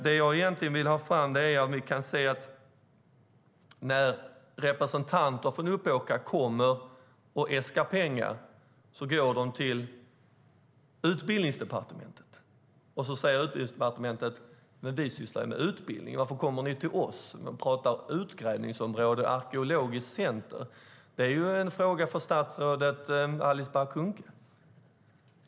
Det jag egentligen vill ha fram är att när representanter från Uppåkra ska äska pengar går de till Utbildningsdepartementet, som säger: Men vi sysslar ju med utbildning. Varför kommer ni till oss och pratar om utgrävningsområde och arkeologiskt center? Det är ju en fråga för statsrådet Alice Bah Kuhnke.